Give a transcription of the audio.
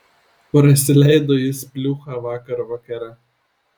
prasileido jis pliūchą vakar vakare